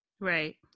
Right